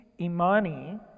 Imani